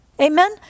Amen